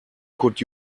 could